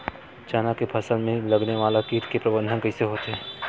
चना के फसल में लगने वाला कीट के प्रबंधन कइसे होथे?